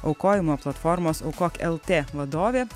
aukojimo platformos aukok lrt vadovė